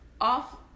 off